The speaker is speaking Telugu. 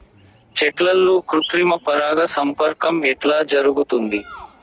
చెట్లల్లో కృత్రిమ పరాగ సంపర్కం ఎట్లా జరుగుతుంది?